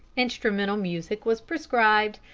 instrumental music was proscribed,